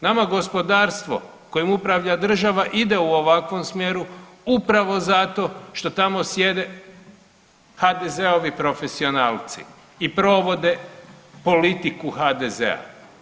Nama gospodarstvo kojim upravlja država ide u ovakvom smjeru upravo zato što tamo sjede HDZ-ovi profesionalci i provode politiku HDZ-a.